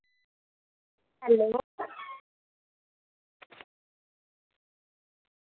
hello